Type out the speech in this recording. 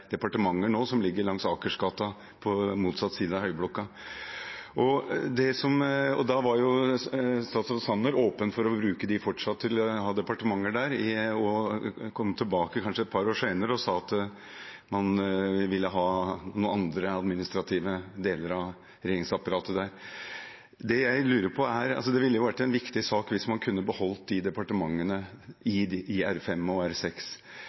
departementer nå, som ligger langs Akersgata, på motsatt side av Høyblokka. Da var statsråd Sanner åpen for fortsatt å bruke dem til departementer, og han kom tilbake et par år senere og sa at man ville ha noen andre administrative deler av regjeringsapparatet der. Det ville jo vært en viktig sak hvis man kunne beholdt disse departementene i R5 og R6. Det jeg lurer på, er: